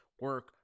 Work